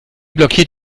blockiert